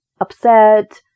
upset